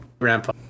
grandpa